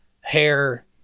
hair –